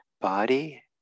body